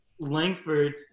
Langford